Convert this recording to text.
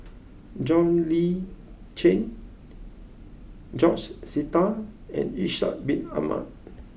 John Le Cain George Sita and Ishak Bin Ahmad